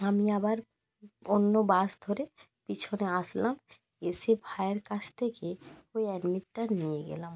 আমি আবার অন্য বাস ধরে পিছনে আসলাম এসে ভায়ের কাছ থেকে ওই অ্যাডমিটটা নিয়ে গেলাম